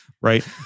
right